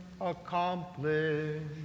accomplished